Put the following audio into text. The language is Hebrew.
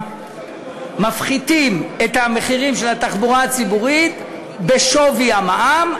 מפחיתים את המחירים של התחבורה הציבורית בשווי המע"מ,